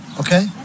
okay